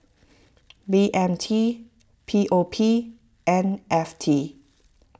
B M T P O P and F T